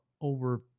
over